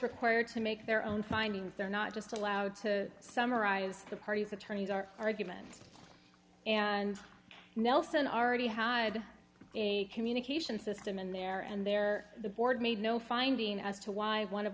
required to make their own findings they're not just allowed to summarize the parties attorneys are arguments and nelson already had a communication system in there and there the board made no finding as to why one of